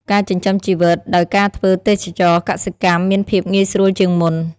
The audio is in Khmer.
ការចិញ្ចឹមជីវិតដោយការធ្វើទេសចរណ៍កសិកម្មមានភាពងាយស្រួលជាងមុន។